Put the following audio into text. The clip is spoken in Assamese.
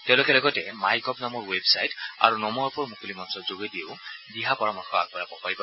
তেওঁলোকে লগতে মাই গভ নামৰ ৱেবছাইট আৰু নম' এপৰ মুকলি মঞ্চৰ যোগেদিও দিহা পৰামৰ্শ আগবঢ়াব পাৰিব